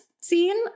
scene